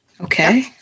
Okay